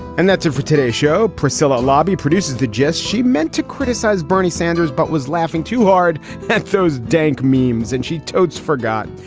and that's it for today's show. priscilla lobby produces the jest she meant to criticize bernie sanders, but was laughing too hard at those dank meemaw's and she totes forgot.